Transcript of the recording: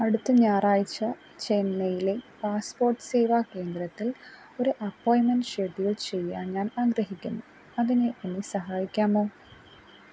അടുത്ത ഞായറാഴ്ച ചെന്നൈയിലെ പാസ്പോർട്ട് സേവാ കേന്ദ്രത്തിൽ ഒരു അപ്പോയിൻ്റ്മെൻ്റ് ഷെഡ്യൂൾ ചെയ്യാൻ ഞാൻ ആഗ്രഹിക്കുന്നു അതിന് എന്നെ സഹായിക്കാമോ